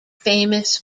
famous